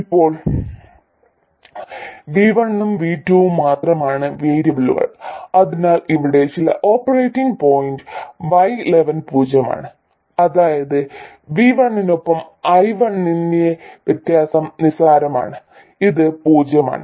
ഇപ്പോൾ V1 ഉം V2 ഉം മാത്രമാണ് വേരിയബിളുകൾ അതിനാൽ ഇവിടെ ചില ഓപ്പറേറ്റിംഗ് പോയിന്റ് y11 പൂജ്യമാണ് അതായത് V1 നൊപ്പം I1 ന്റെ വ്യത്യാസം നിസ്സാരമാണ് ഇത് പൂജ്യമാണ്